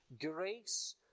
grace